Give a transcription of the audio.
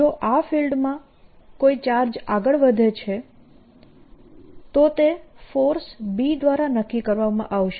જો આ ફીલ્ડમાં કોઈ ચાર્જ આગળ વધે છે તો તે ફોર્સ B દ્વારા નક્કી કરવામાં આવશે